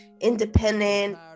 independent